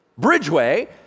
Bridgeway